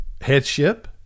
headship